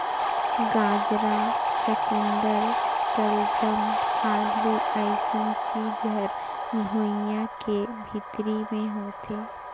गाजरा, चकुंदर सलजम, आलू अइसन चीज हर भुइंयां के भीतरी मे होथे